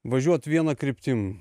važiuot viena kryptim